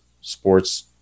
sports